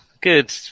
Good